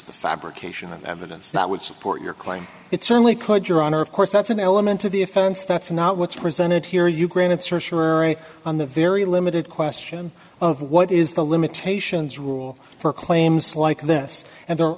fabrication of evidence that would support your claim it certainly could your honor of course that's an element of the offense that's not what's presented here you grant certiorari on the very limited question of what is the limitations rule for claims like this and the